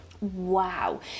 Wow